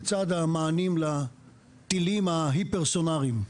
לצד המענים לטילים ההיפר-סולאריים.